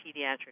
pediatric